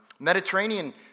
Mediterranean